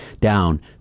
down